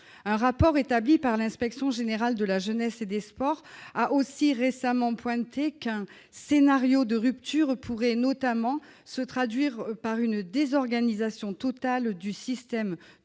Un rapport établi par l'Inspection générale de la jeunesse et des sports a aussi récemment pointé qu'un « scénario de rupture pourrait notamment se traduire par une désorganisation totale du système